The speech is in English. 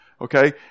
Okay